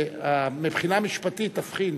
ומבחינה משפטית, תבחין,